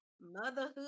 motherhood